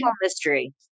mystery